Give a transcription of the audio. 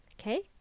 Okay